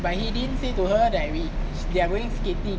but he didn't say to her that we are that we we are going skating